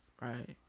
Right